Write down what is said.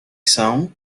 sound